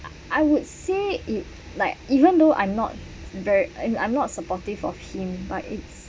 I I would say it like even though I'm not ver~ and I'm not supportive of him but it's